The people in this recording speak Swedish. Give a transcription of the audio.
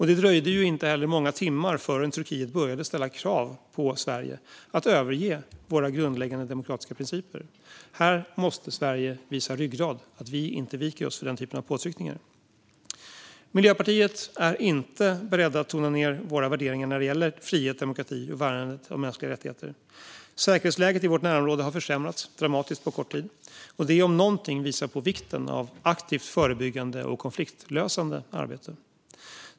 Det dröjde inte heller många timmar förrän Turkiet började ställa krav på Sverige att överge våra grundläggande demokratiska principer. Här måste Sverige visa ryggrad och visa att vi inte viker oss för den typen av påtryckningar. Vi i Miljöpartiet är inte beredda att tona ned våra värderingar när det gäller frihet, demokrati och värnandet av mänskliga rättigheter. Säkerhetsläget i vårt närområde har försämrats dramatiskt på kort tid, och det om någonting visar på vikten av aktivt förebyggande och konfliktlösande arbete.